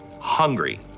hungry